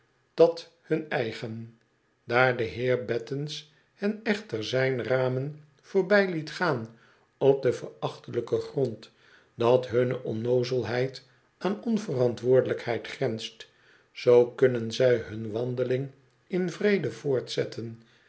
dat hun eigen daar de heer battens hen echter z ij n ramen voorbij liet gaan op den verachtelijken grond dat hunne onnoozelheid aan onverantwoordelijkheid grenst zoo kunnen zij hun wandeling in vrede voortzetten